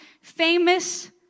famous